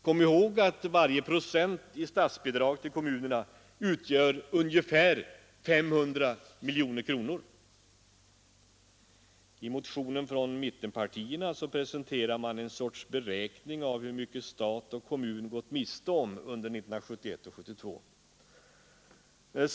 Kom ihåg att varje procent i statsbidrag till kommunerna utgör ungefär 500 miljoner kronor! I motionen från mittenpartierna presenterar man en sorts beräkning av hur mycket stat och kommun gått miste om under 1971 och 1972.